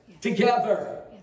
together